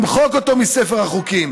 למחוק אותו מספר החוקים.